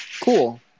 Cool